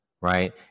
Right